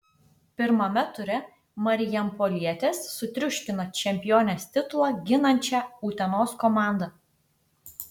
pirmame ture marijampolietės sutriuškino čempionės titulą ginančią utenos komandą